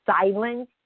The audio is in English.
silence